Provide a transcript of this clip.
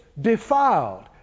defiled